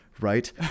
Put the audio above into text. right